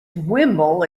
wimble